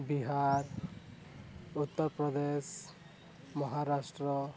Bihar Uttar Pradesh Maharashtra